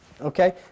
okay